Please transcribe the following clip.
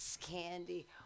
candy